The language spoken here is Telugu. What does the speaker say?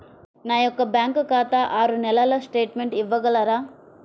నా యొక్క బ్యాంకు ఖాతా ఆరు నెలల స్టేట్మెంట్ ఇవ్వగలరా?